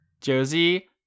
Josie